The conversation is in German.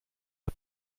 der